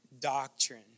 doctrine